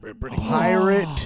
pirate